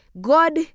God